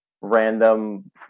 random